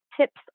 tips